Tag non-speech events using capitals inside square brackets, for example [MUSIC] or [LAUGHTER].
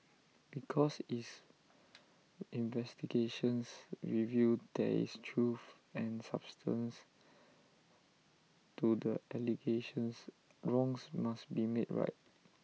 because is [NOISE] investigations reveal there is truth and substance to the allegations wrongs must be made right